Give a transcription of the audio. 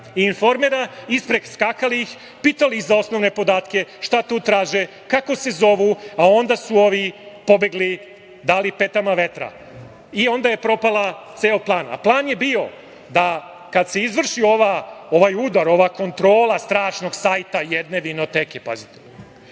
„Informera“ i ispreskakali ih, pitali ih za osnovne podatke – šta tu traže, kako se zovu. Onda su ovi pobegli, dali petama vetra. Onda je propao ceo plan. Plan je bio da kad se izvrši ovaj udar, ova kontrola strašnog sajta jedne vinoteke, pazite,